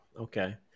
okay